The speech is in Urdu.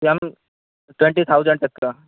میم ٹوینٹی تھاؤزنڈ تک کا